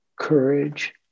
courage